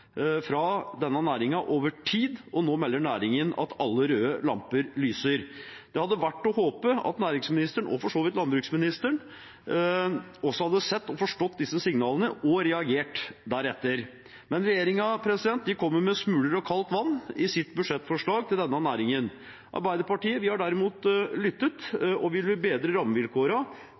fra denne næringen over tid, og nå melder næringen at alle røde lamper lyser. Det hadde vært å håpe at næringsministeren – og for så vidt også landbruksministeren – hadde sett og forstått disse signalene og reagert deretter, men regjeringen kommer i sitt budsjettforslag med smuler og kaldt vann til denne næringen. Arbeiderpartiet har derimot lyttet, og vi vil bedre